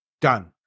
done